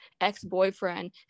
ex-boyfriend